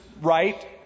right